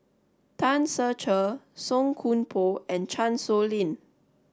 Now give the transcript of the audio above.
Tan Ser Cher Song Koon Poh and Chan Sow Lin